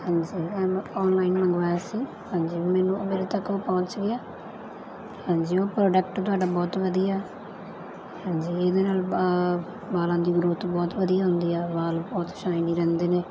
ਹਾਂਜੀ ਐਮ ਔਨਲਾਈਨ ਮੰਗਵਾਇਆ ਸੀ ਹਾਂਜੀ ਮੈਨੂੰ ਮੇਰੇ ਤੱਕ ਉਹ ਪਹੁੰਚ ਗਿਆ ਹਾਂਜੀ ਉਹ ਪ੍ਰੋਡਕਟ ਤੁਹਾਡਾ ਬਹੁਤ ਵਧੀਆ ਹਾਂਜੀ ਇਹਦੇ ਨਾਲ ਬਾਲਾਂ ਦੀ ਗ੍ਰੋਥ ਬਹੁਤ ਵਧੀਆ ਹੁੰਦੀ ਆ ਬਾਲਾਂ ਬਹੁਤ ਸ਼ਾਇਨੀ ਰਹਿੰਦੇ ਨੇ